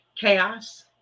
chaos